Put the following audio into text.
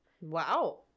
Wow